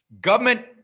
government